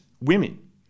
women